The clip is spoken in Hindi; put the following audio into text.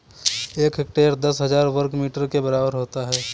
एक हेक्टेयर दस हजार वर्ग मीटर के बराबर होता है